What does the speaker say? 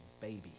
baby